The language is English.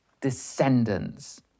descendants